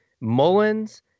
mullins